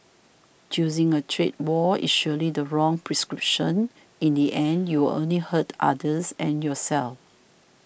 choosing a trade war is surely the wrong prescription in the end you will only hurt others and yourself